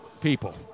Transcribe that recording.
people